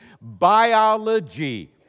Biology